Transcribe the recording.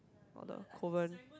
or the convent